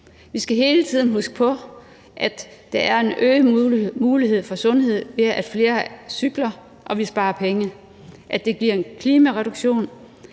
Vi skal hele tiden huske på, at der er en øget mulighed for sundhed, ved at flere cykler, at vi sparer penge, at det giver en klimareduktion,